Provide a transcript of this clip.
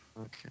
Okay